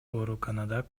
ооруканада